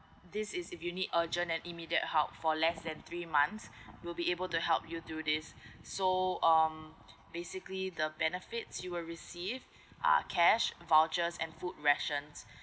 this is if you need a urgent and immediate help for less than three months we'll be able to help you do this so um basically the benefits you will receive are cash vouchers and food ration